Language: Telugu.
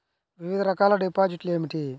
వివిధ రకాల డిపాజిట్లు ఏమిటీ?